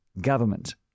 government